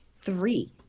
three